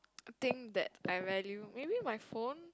a new thing that I value maybe my phone